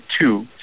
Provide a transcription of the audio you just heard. two